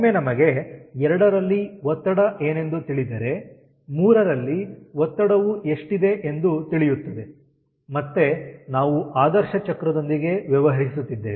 ಒಮ್ಮೆ ನಮಗೆ 2ರಲ್ಲಿ ಒತ್ತಡ ಏನೆಂದು ತಿಳಿದರೆ 3ರಲ್ಲಿ ಒತ್ತಡವು ಎಷ್ಟಿದೆ ಎಂದು ತಿಳಿಯುತ್ತದೆ ಮತ್ತೆ ನಾವು ಆದರ್ಶ ಚಕ್ರದೊಂದಿಗೆ ವ್ಯವಹರಿಸುತ್ತಿದ್ದೇವೆ